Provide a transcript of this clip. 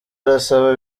arasaba